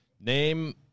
Name